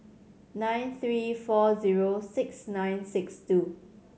nine three four zero six nine six two